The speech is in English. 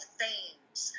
themes